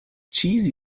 cheese